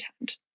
intend